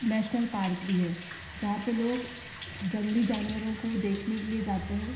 national park भी हैं जहाँ पे लोग जंगली जानवरों को देखने के लिए जाते हैं